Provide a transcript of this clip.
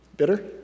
Bitter